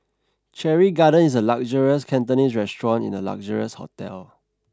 Cherry Garden is a luxurious Cantonese restaurant in a luxurious hotel